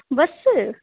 बसि